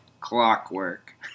clockwork